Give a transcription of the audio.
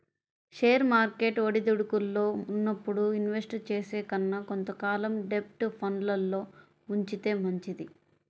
share market ఒడిదుడుకుల్లో ఉన్నప్పుడు invest చేసే కన్నా కొంత కాలం డెబ్ట్ ఫండ్లల్లో ఉంచితే మంచిది